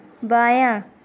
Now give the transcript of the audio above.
بایاں